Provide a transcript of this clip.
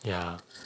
ya